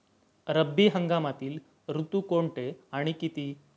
रब्बी हंगामातील ऋतू कोणते आणि किती?